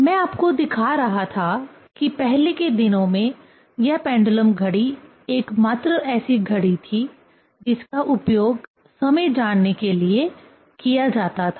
मैं आपको दिखा रहा था कि पहले के दिनों में यह पेंडुलम घड़ी एकमात्र ऐसी घड़ी थी जिसका उपयोग समय जानने के लिए किया जाता था